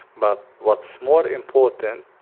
but what's more important,